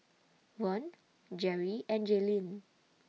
Vaughn Jerry and Jaylene